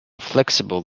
flexible